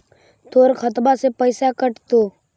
तोर खतबा से पैसा कटतो?